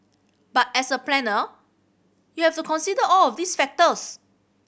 but as a planner you have to consider all of these factors